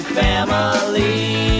family